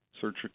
search